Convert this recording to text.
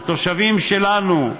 התושבים שלנו,